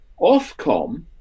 Ofcom